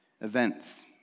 events